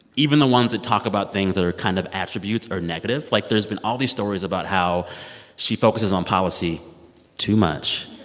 even the ones that talk about things that are kind of attributes are negative. like, there's been all these stories about how she focuses on policy too much